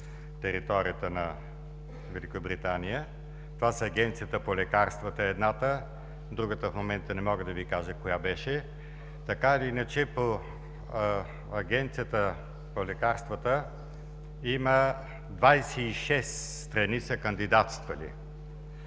територията на Великобритания. Това са Агенцията по лекарствата, едната, другата в момента не мога да Ви кажа коя беше, а така или иначе за Агенцията по лекарствата има 26 страни кандидатствали.